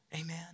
Amen